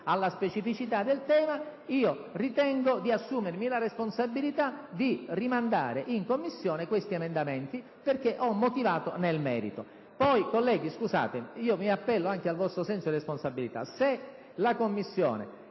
alla specificità del tema, ho ritenuto di assumermi la responsabilità di rinviare in Commissione questi emendamenti, perché ho motivato nel merito. Poi, onorevoli colleghi, mi appello anche al vostro senso di responsabilità.